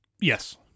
Yes